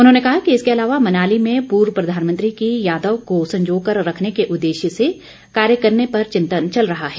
उन्होंने कहा कि इसके अलावा मनाली में पूर्व प्रधानमंत्री की यादों को संजोकर रखने के उद्देश्य से कार्य करने पर चिंतन चल रहा है